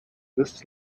this